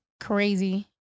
crazy